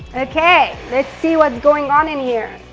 okay, let's see what's going on in here.